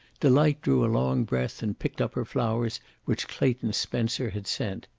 delight drew a long breath and picked up her flowers which clayton spencer had sent.